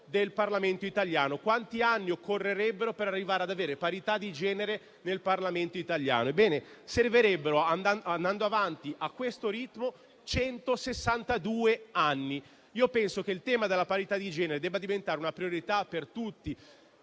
del Parlamento italiano? Quanti anni occorrerebbero per arrivare ad avere parità di genere nel Parlamento italiano? Andando avanti a questo ritmo, servirebbero centosessantadue anni. Io penso che il tema della parità di genere debba diventare una priorità per tutti